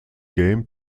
game